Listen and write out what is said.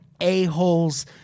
a-holes